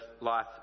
life